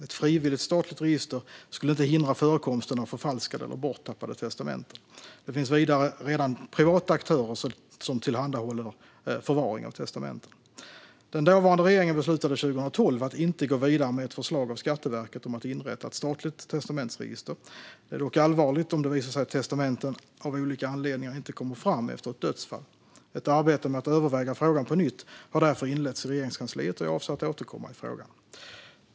Ett frivilligt statligt register skulle inte hindra förekomsten av förfalskade eller borttappade testamenten. Det finns vidare redan privata aktörer som tillhandahåller förvaring av testamenten. Den dåvarande regeringen beslutade 2012 att inte gå vidare med ett förslag av Skatteverket om att inrätta ett statligt testamentsregister. Det är dock allvarligt om det visar sig att testamenten av olika anledningar inte kommer fram efter ett dödsfall. Ett arbete med att överväga frågan på nytt har därför inletts i Regeringskansliet, och jag avser att återkomma i frågan.